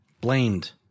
Blamed